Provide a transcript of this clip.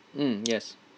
mm yes